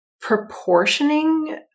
proportioning